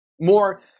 More